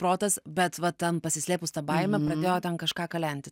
protas bet vat ten pasislėpus ta baimė pradėjo ten kažką kalenti